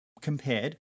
compared